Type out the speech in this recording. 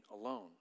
alone